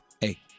hey